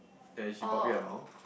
then she brought me along